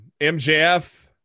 mjf